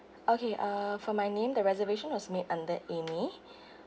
okay uh for my name the reservation was made under amy